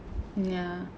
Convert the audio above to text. ya